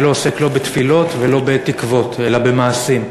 אני לא עוסק לא בתפילות ולא בתקוות אלא במעשים.